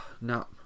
no